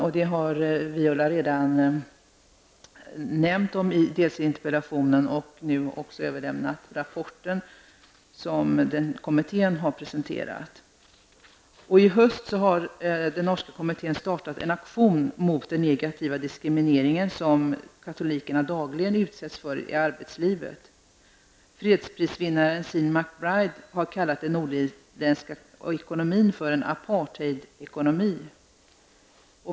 Viola Claesson har ju redan nämnt dettai interpellationen och redogjort för den rapport som har presenterats. I höst har den norska kommittén startat en aktion mot den negativa diskriminering som katolikerna dagligen utsätts för i arbetslivet. Fredsprisvinnaren Sean MacBride har kallat den nordirländska ekonomin för en ''apartheidekonomi''.